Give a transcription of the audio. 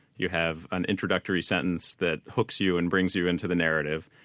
you have an introductory sentence that hooks you and brings you into the narrative,